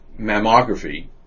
mammography